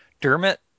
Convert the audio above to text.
Dermot